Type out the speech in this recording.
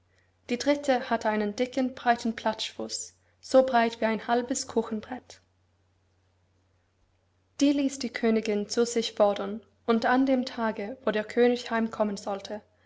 die dritte hatte einen dicken breiten platschfuß so breit wie ein halbes kuchenbrett die ließ die königin zu sich fordern und an dem tage wo der könig heim kommen sollte